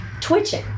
twitching